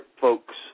folks